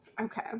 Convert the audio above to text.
Okay